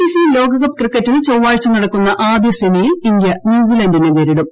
CC ലോകകപ്പ് ക്രിക്കറ്റിൽ ചൊവ്വാഴ്ച നടക്കുന്ന ആദ്യ സെമിയിൽ ഇന്ത്യ ന്യൂസിലന്റിനെ നേരിടും